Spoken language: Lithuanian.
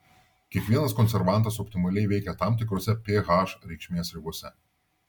kiekvienas konservantas optimaliai veikia tam tikrose ph reikšmės ribose